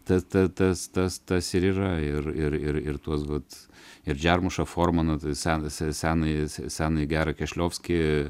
ta ta tas tas tas ir yra ir ir ir ir tuos vat ir džiarmušą formaną tai senas ir senąjį seną gerą kešliovskį